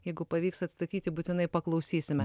jeigu pavyks atstatyti būtinai paklausysime